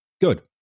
Good